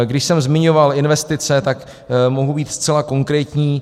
Když jsem zmiňoval investice, tak mohu být zcela konkrétní.